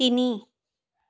তিনি